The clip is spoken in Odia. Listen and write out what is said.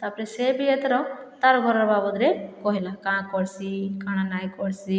ତାପରେ ସେ ବି ଏଥର ତାର୍ ଘର ବାବଦରେ କହିଲା କାଣା କର୍ସି କାଣା ନାହିଁ କର୍ସି